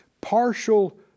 partial